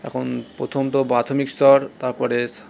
এখন প্রথম তো প্রাথমিক স্তর তারপরে